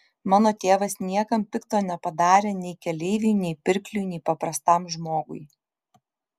mano tėvas niekam pikto nepadarė nei keleiviui nei pirkliui nei paprastam žmogui